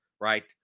right